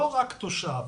לא רק תושב.